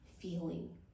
feeling